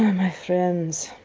my frien's,